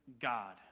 God